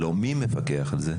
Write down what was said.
מי מפקח על זה?